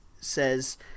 says